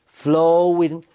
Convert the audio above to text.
flowing